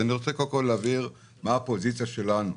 אני רוצה להבהיר מה הפוזיציה שלנו,